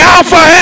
Alpha